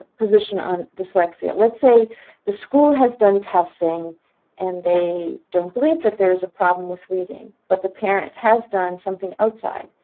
position on dyslexia? let's say the school has done testing and they don't believe that there is a problem with reading. but the parent has done something outside,